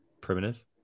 Primitive